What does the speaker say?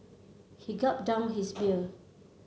he gulped down his beer